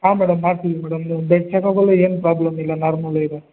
ಹಾಂ ಮೇಡಮ್ ಮಾಡ್ತೀವಿ madam blood checkup ಎಲ್ಲ ಏನೂ ಪ್ರಾಬ್ಲಮ್ ಇಲ್ಲ ನಾರ್ಮಲ್ಲೇ ಇದೆ